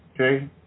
Okay